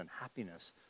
happiness